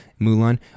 Mulan